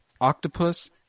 octopus